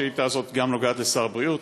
השאילתה הזאת נוגעת גם לשר הבריאות.